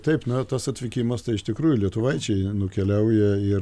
taip na tas atvykimas tai iš tikrųjų lietuvaičiai nukeliauja ir